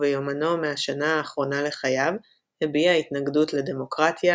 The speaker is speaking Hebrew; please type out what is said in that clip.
וביומנו מהשנה האחרונה לחייו הביע התנגדות לדמוקרטיה,